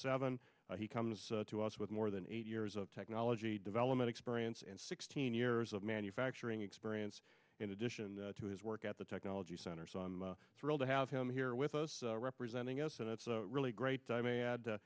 seven he comes to us with more than eight years of technology development experience and sixteen years of manufacturing experience in addition to his work at the technology center so i'm thrilled to have him here with us representing us and it's really great i may add